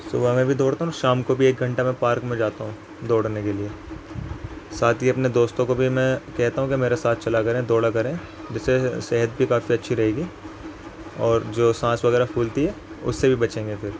صبح میں بھی دوڑتا ہوں شام کو بھی ایک گھنٹہ میں پارک میں جاتا ہوں دوڑنے کے لیے ساتھ ہی اپنے دوستوں کو بھی میں کہتا ہوں کہ میرے ساتھ چلا کریں دوڑا کریں جس سے صحت بھی کافی اچھی رہے گی اور جو سانس وغیرہ پھولتی ہے اس سے بھی بچیں گے پھر